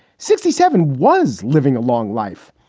sixty seven was living a long life.